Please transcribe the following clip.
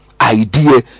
idea